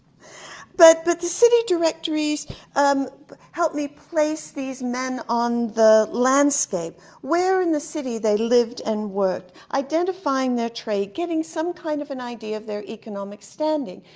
but but the city directory helped me place these men on the landscape. where in the city they lived and worked, identifying their trade, giving some kind of an idea of their economic standing.